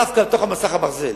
דווקא מעבר למסך הברזל,